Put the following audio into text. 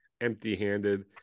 Empty-handed